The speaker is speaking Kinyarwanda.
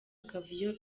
akavuyo